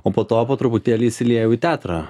o po to po truputėlį įsiliejau į teatrą